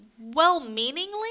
well-meaningly